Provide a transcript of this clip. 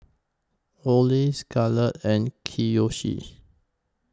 Ole Scarlett and Kiyoshi